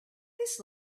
this